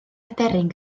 aderyn